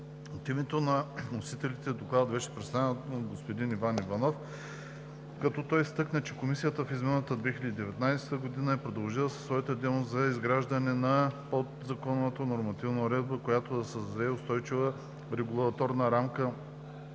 името на вносителите Докладът беше представен от господин Иван Иванов, като той изтъкна, че Комисията в изминалата 2019 г. е продължила със своята дейност за изграждане на подзаконовата нормативна уредба, която да създаде устойчива регулаторна рамка